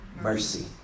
Mercy